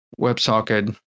websocket